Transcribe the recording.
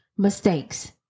Mistakes